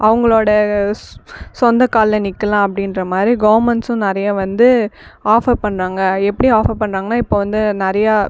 அவங்களோட சொந்த காலில் நிற்கலாம் அப்படின்ற மாதிரி கவர்மெண்ட்ஸும் நிறைய வந்து ஆஃபர் பண்ணறாங்க எப்படி ஆஃபர் பண்ணறாங்கன்னா இப்போ வந்து நிறையா